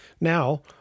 Now